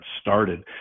started